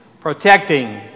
protecting